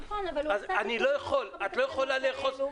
נכון, אבל הוא --- אני לא מתווכח אתך.